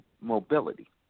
mobility